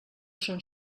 són